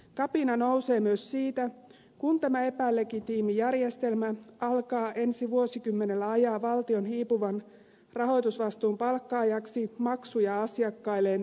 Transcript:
kapina nousee myös siitä kun tämä epälegitiimi järjestelmä alkaa ensi vuosikymmenellä ajaa valtion hiipuvan rahoitusvastuun paikkaajaksi maksuja asiakkailleen eli opiskelijoille